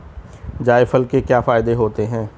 जायफल के क्या फायदे होते हैं?